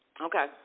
Okay